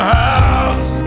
house